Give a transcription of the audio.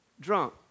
drunk